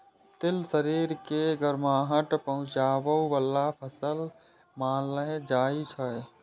तिल शरीर के गरमाहट पहुंचाबै बला फसल मानल जाइ छै